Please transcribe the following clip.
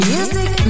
Music